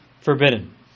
forbidden